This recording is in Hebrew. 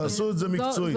תעשו את זה מקצועית.